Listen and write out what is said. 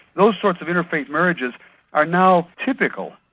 those sorts of interfaith marriages are now typical,